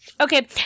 Okay